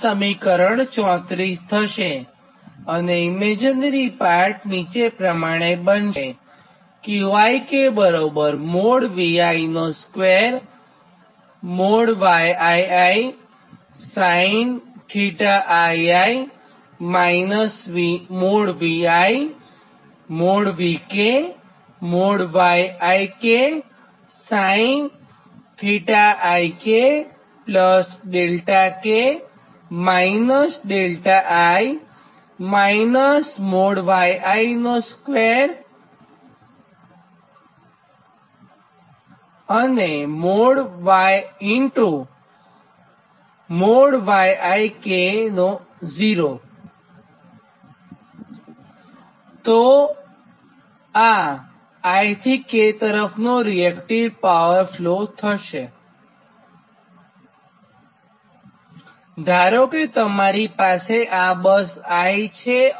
સમીકરણ 34 છે અને ઇમેજીનરી પાર્ટ બનશે અને આ i થી k તરફરીએક્ટીવ પાવર ફ્લો થશે ધારો કે તમારી પાસે આ બસ i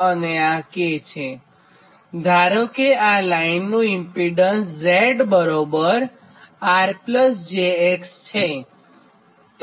અને k છે અને ધારો કે લાઇનનું ઇમ્પીડન્સ z બરાબર rjx છે